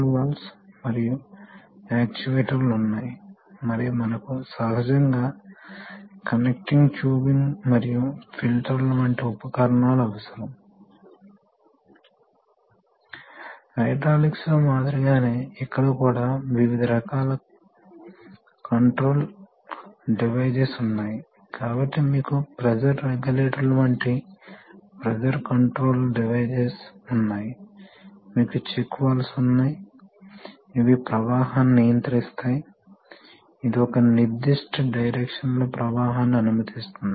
ఇక్కడ మీరు అలా చేయలనుకోవడం లేదు ఇక్కడ స్పూల్ యొక్క నిరంతర కదలికను చేయబోతున్నాము మరియు అందువల్ల ఈ ఓపెనింగ్స్ అన్నీ వివిధ విస్తారాలకు తెరవబోతున్నాయి మరియు అక్కడ మనము ప్రవాహాన్ని లేదా ప్రెషర్ ని నియంత్రించబోతున్నాము కాబట్టి ప్రాథమికంగా నిర్మాణం ఒకే విధంగా ఉంటుంది కాబట్టి ఇది స్పూల్ స్ట్రోక్కు అనులోమానుపాతంలో ప్రవాహాన్ని లేదా ప్రెషర్ ని సృష్టిస్తుంది కనుక ఇది ప్రవాహం లేదా ప్రెషర్ స్పూల్ యొక్క కదలికకు అనులోమానుపాతంలో ఉంటుంది